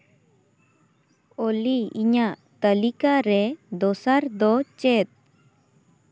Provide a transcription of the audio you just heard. ᱚᱞᱤ ᱤᱧᱟᱹᱜ ᱛᱟᱹᱞᱤᱠᱟᱨᱮ ᱫᱚᱥᱟᱨ ᱫᱚ ᱪᱮᱫ